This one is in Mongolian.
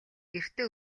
гэртээ